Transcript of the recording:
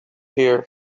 here